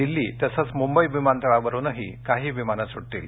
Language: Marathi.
दिल्ली तसंच मुंबई विमानतळावरुनही काही विमानं सुटतील